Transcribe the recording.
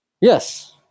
Yes